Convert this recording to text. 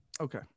okay